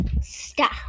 Stop